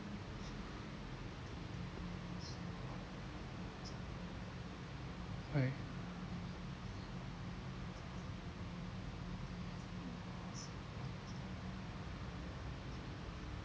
right